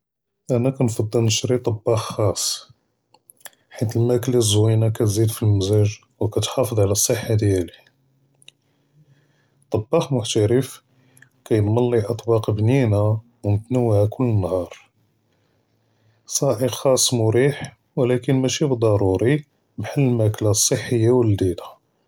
אנא כנפצל נשרי טבאח חס חית אלמכלה זוינה תזיד פעלמזאג וכתחאפז עלא אלצחה דיאלי, טבאח מוחהרף כידמן לִי אטבּאק בּנינה ומותנואעה כל נהאר סאאִר חס מריח ולקין משי בדורי בחאל אלמכלה אלסחיה ואללד׳יזה.